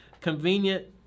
convenient